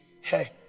Hey